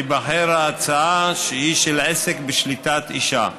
תיבחר ההצעה שהיא של עסק בשליטת אישה.